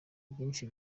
byinshi